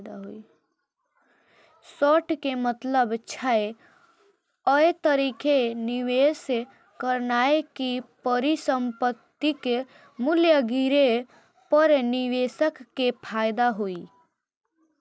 short के मतलब छै, अय तरहे निवेश करनाय कि परिसंपत्तिक मूल्य गिरे पर निवेशक कें फायदा होइ